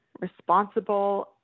responsible